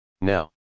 Now